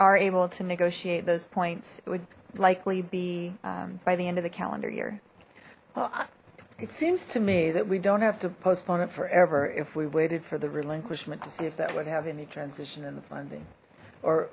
are able to negotiate those points it would likely be by the end of the calendar year it seems to me that we don't have to postpone it forever if we waited for the relinquish to see if that would have any transition in the funding or